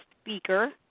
speaker